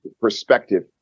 perspective